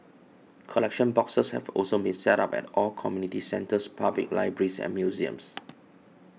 collection boxes have also been set up at all community centres public libraries and museums